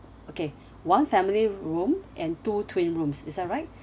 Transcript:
okay one family room and two twin rooms is that right